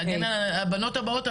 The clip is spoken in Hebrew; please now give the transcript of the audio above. להגן על הבנות הבאות,